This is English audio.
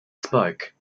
spoke